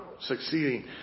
succeeding